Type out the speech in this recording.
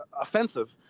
offensive